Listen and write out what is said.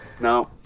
No